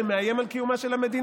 זה מאיים על קיומה של המדינה.